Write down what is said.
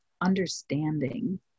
understanding